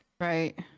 Right